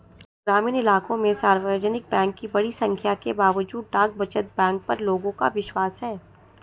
ग्रामीण इलाकों में सार्वजनिक बैंक की बड़ी संख्या के बावजूद डाक बचत बैंक पर लोगों का विश्वास है